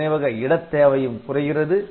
நினைவக இடத் தேவையும் குறைகிறது